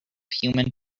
human